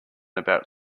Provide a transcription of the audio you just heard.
about